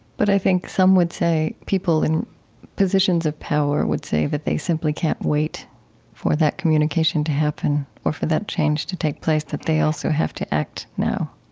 but i think some would say people in positions of power would say that they simply can't wait for that communication to happen or for that change to take place, that they also have to act now